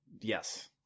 yes